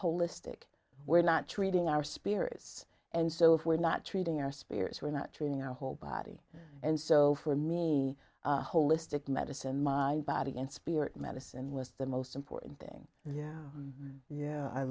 holistic we're not treating our spirits and so if we're not treating our spirits we're not treating our whole body and so for me holistic medicine mind body and spirit medicine with the most important thing yeah yeah i